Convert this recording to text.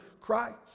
Christ